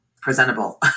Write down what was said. presentable